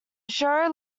show